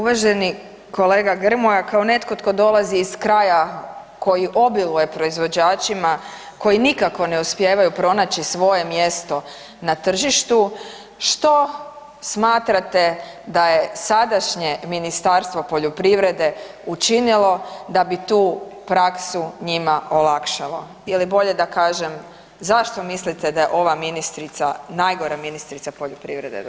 Uvaženi kolega Grmoja, kao netko tko dolazi iz kraja koji obiluje proizvođačima koji nikako ne uspijevaju pronaći svoje mjesto na tržištu što smatrate da je sadašnje Ministarstvo poljoprivrede učinilo da bi tu praksu njima olakšalo ili bolje da kažem zašto mislite da je ova ministrica najgora ministrica poljoprivrede do sada?